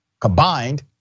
combined